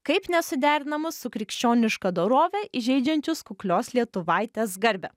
kaip nesuderinamus su krikščioniška dorove įžeidžiančius kuklios lietuvaitės garbę